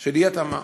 של אי-התאמה.